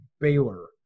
Baylor